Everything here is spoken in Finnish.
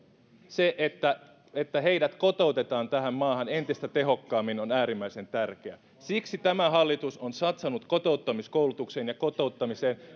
se että että heidät kotoutetaan tähän maahan entistä tehokkaammin on äärimmäisen tärkeää siksi tämä hallitus on satsannut kotouttamiskoulutukseen ja kotouttamiseen